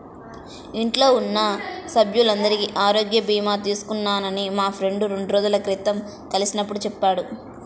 ఇంట్లో ఉన్న సభ్యులందరికీ ఆరోగ్య భీమా తీసుకున్నానని మా ఫ్రెండు రెండు రోజుల క్రితం కలిసినప్పుడు చెప్పాడు